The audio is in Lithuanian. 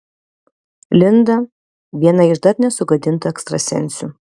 linda viena iš dar nesugadintų ekstrasensių